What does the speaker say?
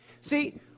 See